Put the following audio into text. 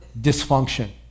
dysfunction